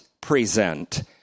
present